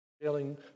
failing